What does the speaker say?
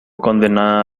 condenada